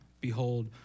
behold